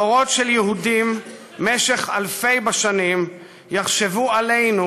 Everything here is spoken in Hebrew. דורות של יהודים משך אלפים בשנים יחשבו עלינו,